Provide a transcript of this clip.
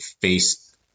face